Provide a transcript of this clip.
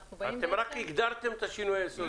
אתם רק הגדרתם את השינוי היסודי.